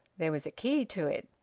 there was a key to it.